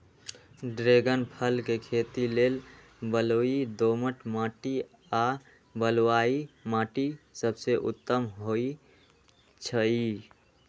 dragon फल के खेती लेल बलुई दोमट माटी आ बलुआइ माटि सबसे उत्तम होइ छइ